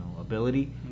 ability